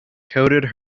coated